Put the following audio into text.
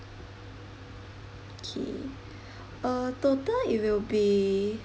okay uh total it will be